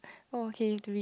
okay to read